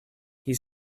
his